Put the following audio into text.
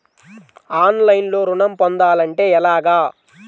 ఆన్లైన్లో ఋణం పొందాలంటే ఎలాగా?